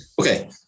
Okay